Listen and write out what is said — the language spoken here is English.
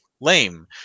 lame